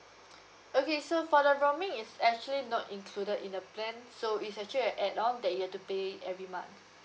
okay so for the roaming is actually not included in the plan so is actually a add on that you have to pay every month